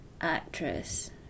actress